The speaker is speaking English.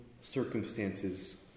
circumstances